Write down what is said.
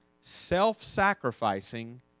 self-sacrificing